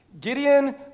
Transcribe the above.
Gideon